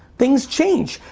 things change.